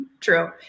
True